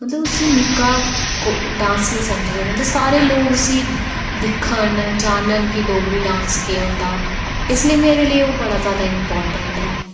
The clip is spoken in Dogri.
मतलव उस्सी निक्का डांस नीं समझेआ जा मतलव उस्सी लोक दिक्खन जानन कि डोगरी डांस केह् होंदा ऐ इसलई मेरे लेई ओह् बड़ा ज्यादा इम्पार्टैं ऐ